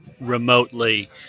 remotely